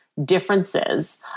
differences